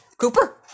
Cooper